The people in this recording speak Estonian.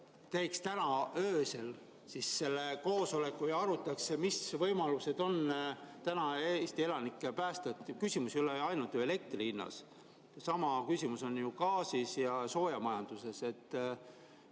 teeks täna öösel selle koosoleku ja arutataks, mis võimalused on täna Eesti elanikke päästa. Küsimus ei ole ainult elektri hinnas, sama küsimus on ju ka gaasi ja soojamajanduse puhul.